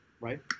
Right